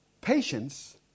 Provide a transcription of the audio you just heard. patience